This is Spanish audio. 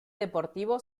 deportivo